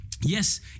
yes